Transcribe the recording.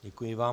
Děkuji vám.